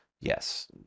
yes